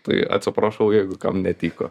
tai atsiprašau jeigu kam netiko